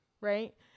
Right